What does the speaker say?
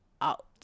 out